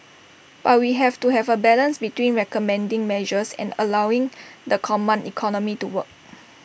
but we have to have A balance between recommending measures and allowing the command economy to work